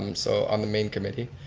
um so on the main committee.